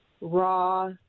raw